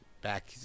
back